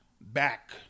back